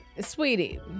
Sweetie